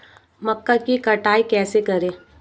मक्का की कटाई कैसे करें?